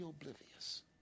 oblivious